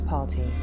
Party